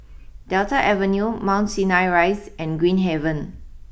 Delta Avenue Mount Sinai Rise and Green Haven